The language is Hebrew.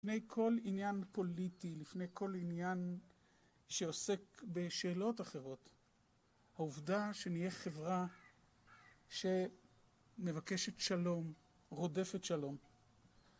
לפני כל עניין פוליטי, לפני כל עניין שעוסק בשאלות אחרות, העובדה שנהיה חברה שמבקשת שלום, רודפת שלום.